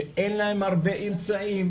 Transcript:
שאין להם הרבה אמצעים,